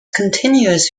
continuous